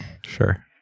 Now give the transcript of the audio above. Sure